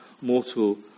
mortal